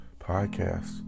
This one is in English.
podcast